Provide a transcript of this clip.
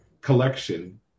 collection